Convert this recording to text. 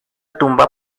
tumba